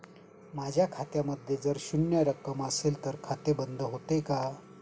माझ्या खात्यामध्ये जर शून्य रक्कम असेल तर खाते बंद होते का?